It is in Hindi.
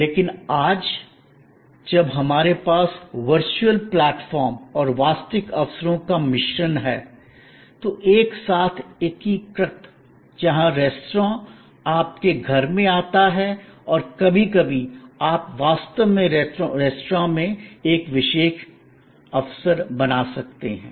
लेकिन आज जब हमारे पास वर्चुअल प्लेटफ़ॉर्म और वास्तविक अवसरों का मिश्रण है तो एक साथ एकीकृत जहां रेस्तरां आपके घर में आता है और कभी कभी आप वास्तव में रेस्तरां में एक विशेष अवसर बना सकते हैं